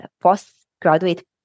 postgraduate